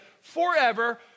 forever